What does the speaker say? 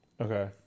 Okay